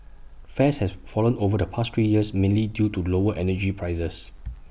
fares has fallen over the past three years mainly due to lower energy prices